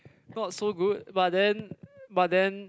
not so good but then but then